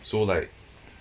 so like